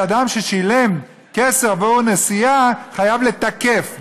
שאדם ששילם כסף עבור נסיעה חייב לתקף.